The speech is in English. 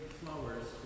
flowers